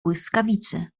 błyskawicy